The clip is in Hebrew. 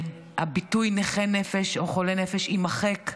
הביטוי "נכה נפש" או "חולה נפש" יימחק,